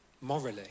morally